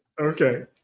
Okay